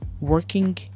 working